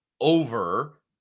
over